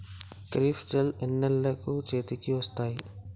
ఖరీఫ్ చేలు ఎన్నాళ్ళకు చేతికి వస్తాయి?